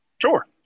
Sure